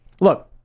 look